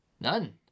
none